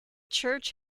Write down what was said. church